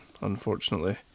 unfortunately